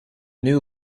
new